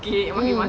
mm